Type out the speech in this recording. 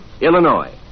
Illinois